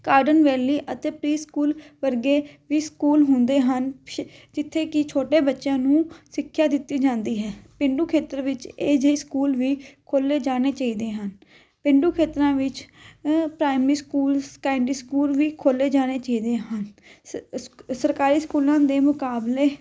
cordon ਵੈਲੀ ਅਤੇ pre school ਵਰਗੇ ਵੀ ਸਕੂਲ ਹੁੰਦੇ ਹਨ ਛ ਜਿੱਥੇ ਕਿ ਛੋਟੇ ਬੱਚਿਆਂ ਨੂੰ ਸਿੱਖਿਆ ਦਿੱਤੀ ਜਾਂਦੀ ਹੈ ਪੇਂਡੂ ਖੇਤਰ ਵਿੱਚ ਇਹੋ ਜਿਹੇ ਸਕੂਲ ਵੀ ਖੋਲ੍ਹੇ ਜਾਣੇ ਚਾਹੀਦੇ ਹਨ ਪੇਂਡੂ ਖੇਤਰਾਂ ਵਿੱਚ ਅ ਪ੍ਰਾਈਮਰੀ ਸਕੂਲ ਸੈਕੰਡਰੀ ਸਕੂਲ ਵੀ ਖੋਲ੍ਹੇ ਜਾਣੇ ਚਾਹੀਦੇ ਹਨ ਸਰਕਾਰੀ ਸਕੂਲਾਂ ਦੇ ਮੁਕਾਬਲੇ